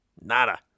Nada